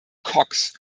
cox